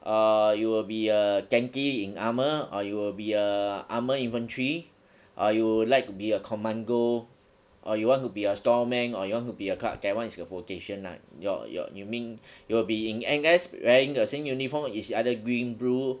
or you will be a gantry in armour or you will be a armour infantry or you would like be a commando or you want to be a store man or you want to be a clerk that one is your vocation lah your your you mean you will be in N_S wearing the same uniform it's either green blue